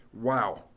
Wow